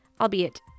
albeit